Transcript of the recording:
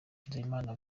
nzeyimana